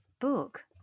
book